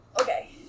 Okay